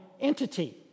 entity